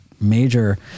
major